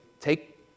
take